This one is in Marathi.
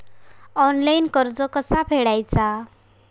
ऑनलाइन कर्ज कसा फेडायचा?